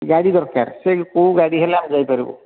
ଗାଡ଼ି ଦରକାର ସେ କେଉଁ ଗାଡ଼ି ହେଲେ ଆମେ ଯାଇ ପାରିବୁ